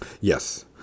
yes